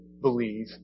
believe